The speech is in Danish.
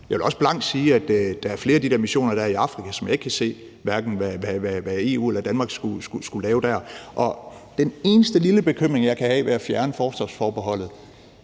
Jeg vil også klart sige, at der er flere af missionerne i Afrika, hvor jeg ikke kan se, hvad hverken EU eller Danmark skulle lave der. Den eneste lille bekymring, jeg kan have ved at fjerne forsvarsforbeholdet,